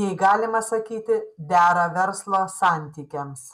nei galima sakyti dera verslo santykiams